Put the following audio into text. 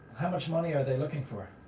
much money are they looking for?